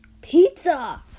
Pizza